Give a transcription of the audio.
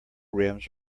rims